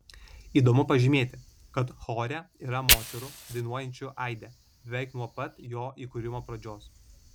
įdomu pažymėti kad chore yra moterų dainuojančių aide beveik nuo pat jo įkūrimo pradžios